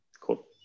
cool